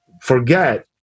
forget